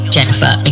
Jennifer